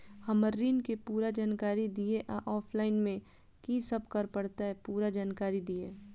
हम्मर ऋण केँ पूरा जानकारी दिय आ ऑफलाइन मे की सब करऽ पड़तै पूरा जानकारी दिय?